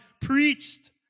preached